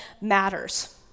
matters